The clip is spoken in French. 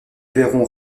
verrons